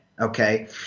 Okay